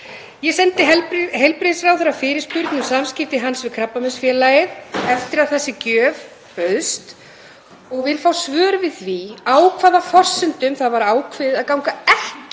Ég sendi heilbrigðisráðherra fyrirspurn um samskipti hans við Krabbameinsfélagið eftir að þessi gjöf bauðst og vil fá svör við því á hvaða forsendum var ákveðið að ganga ekki